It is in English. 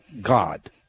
God